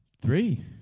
Three